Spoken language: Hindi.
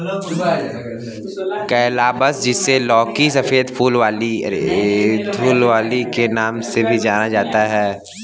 कैलाबश, जिसे लौकी, सफेद फूल वाली लौकी के नाम से भी जाना जाता है